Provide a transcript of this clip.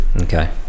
okay